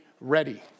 ready